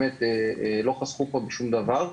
לא חסכו פה בשום דבר.